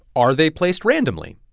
are they placed randomly?